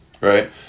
Right